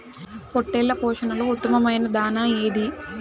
పొట్టెళ్ల పోషణలో ఉత్తమమైన దాణా ఏది?